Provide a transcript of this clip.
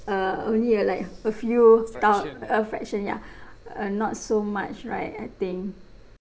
uh only uh like a few thou~ a fraction ya uh not so much right I think